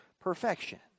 perfection